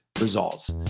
results